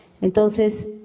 Entonces